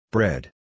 Bread